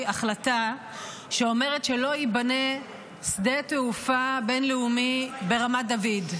החלטה שאומרת שלא ייבנה שדה התעופה בין-לאומי ברמת דוד.